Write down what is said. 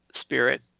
spirit